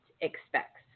expects